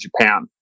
Japan